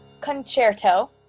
concerto